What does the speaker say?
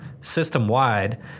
system-wide